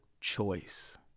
choice